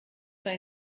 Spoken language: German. zwar